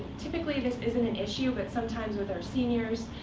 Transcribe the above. typically, this isn't an issue. but sometimes, with our seniors,